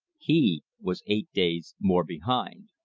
he was eight days more behind.